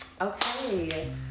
Okay